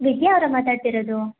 ವಿದ್ಯಾ ಅವರಾ ಮಾತಾಡ್ತಿರೋದು